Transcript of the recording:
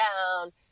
down